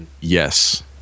Yes